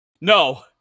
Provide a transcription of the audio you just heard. No